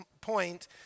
point